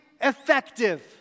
effective